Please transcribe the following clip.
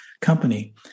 company